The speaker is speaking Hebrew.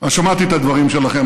שמעתי את הדברים שלכם.